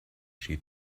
she